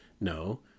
No